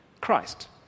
Christ